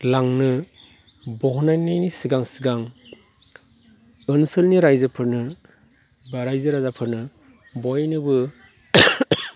लांनो दिहुननायनि सिगां सिगां ओनसोलनि राइजोफोरनो बा रायजो राजाफोरनो बयनोबो